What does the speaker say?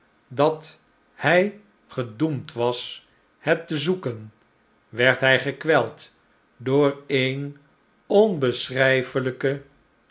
dat hij gedoemd was het te zoeken werd hij gekweld door een onbeschrijfelijken